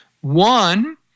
One